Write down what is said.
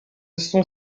sont